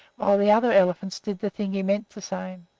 while the other elephants did the thing he meant to say.